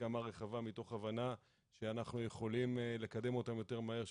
הסכמה רחבה מתוך הבנה שאנחנו יכולים לקדם אותן יותר מהר,